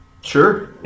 sure